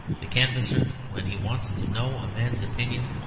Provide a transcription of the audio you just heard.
the canvasser, when he wants to know a man's opinions,